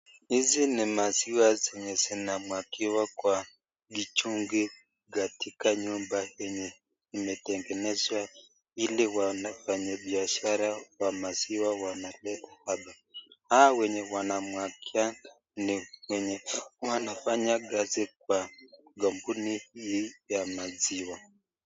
Hizi ni maziwa zenye zinamwagiwa kwa mitungi katika nyumba yenye imetengenezwa ili wanafanya biashara wa maziwa wanaleta hapo. Hao wenye wanamwagia ni wenye wanafanya kazi kwa kampuni hii ya maziwa.